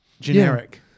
generic